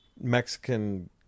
Mexican